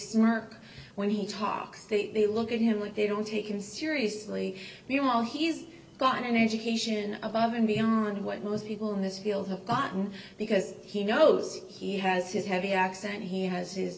smirk when he talks they look at him and they don't take him seriously you know he's got an education above and beyond what most people in this field have gotten because he knows he has his heavy accent he has his